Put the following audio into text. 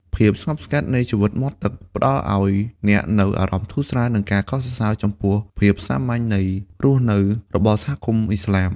ភាពស្ងប់ស្ងាត់នៃជីវិតមាត់ទឹក ផ្តល់ឱ្យអ្នកនូវអារម្មណ៍ធូរស្រាល និងការកោតសរសើរចំពោះភាពសាមញ្ញនៃរស់នៅរបស់សហគមន៍ឥស្លាម។